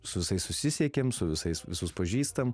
su visai susisiekėm su visais visus pažįstam